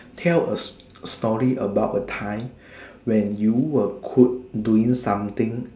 tell a story about a time when you're could doing something